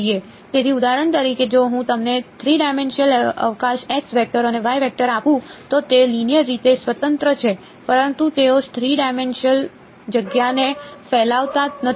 તેથી ઉદાહરણ તરીકે જો હું તમને થ્રી ડાયમેન્શનલ અવકાશ x વેક્ટર અને y વેક્ટર આપું તો તેઓ લિનિયર રીતે સ્વતંત્ર છે પરંતુ તેઓ થ્રી ડાયમેન્શનલ જગ્યાને ફેલાવતા નથી